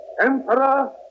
Emperor